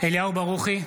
אליהו ברוכי,